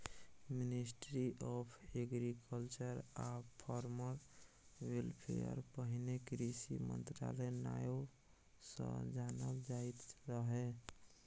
ministry of agriculture आ farmer welfare पहिने कृषि मंत्रालय नाओ सँ जानल जाइत रहय